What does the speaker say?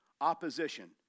opposition